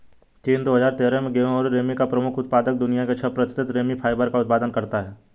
चीन, दो हजार तेरह में गेहूं और रेमी का प्रमुख उत्पादक, दुनिया के छह प्रतिशत रेमी फाइबर का उत्पादन करता है